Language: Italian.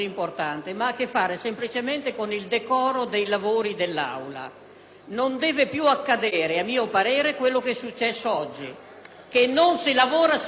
Non deve più accadere, a mio parere, ciò che è successo oggi, ossia che non si lavori secondo regole di rispetto reciproco.